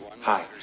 Hi